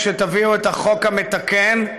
כשתביאו את החוק המתקן,